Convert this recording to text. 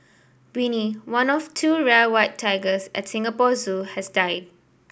Winnie one of two rare white tigers at Singapore Zoo has died